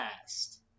past